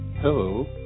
Hello